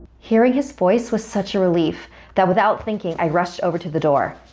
hearing his voice was such a relief that without thinking i rushed over to the door.